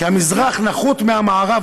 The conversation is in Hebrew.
כי המזרח נחות מהמערב".